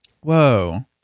Whoa